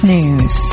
News